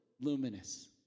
Luminous